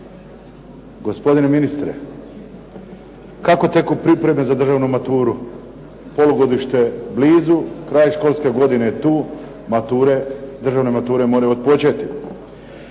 Gospodine ministre, kako teku pripreme za državnu maturu? Polugodište je blizu, kraj školske godine je tu, mature, državne mature moraju otpočeti.